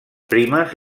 primes